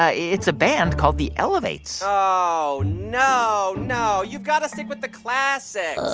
ah it's a band called the elevates oh, no, no. you've got to stick with the classics.